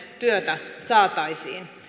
työtä saataisiin